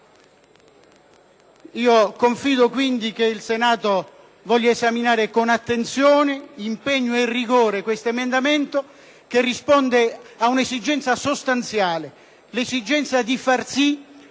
Confido quindi che il Senato voglia esaminare con attenzione, impegno e rigore questo emendamento, che risponde ad un’esigenza sostanziale, cioequella di far sı